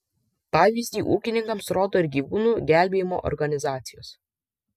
pavyzdį ūkininkams rodo ir gyvūnų gelbėjimo organizacijos